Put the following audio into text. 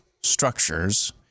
structures